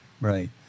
right